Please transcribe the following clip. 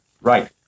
Right